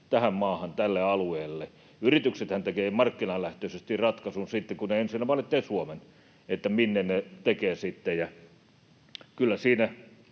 tähän maahan, tälle alueelle. Yrityksethän tekevät markkinalähtöisesti ratkaisun sitten, kun ne ensinnä valitsevat Suomen, minne ne sitten tekevät, ja kyllä siinä